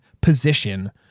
position